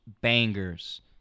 bangers